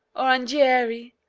orangieri,